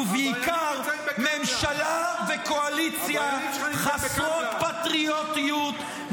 ובעיקר ממשלה וקואליציה חסרות פטריוטיות,